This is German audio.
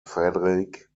frederik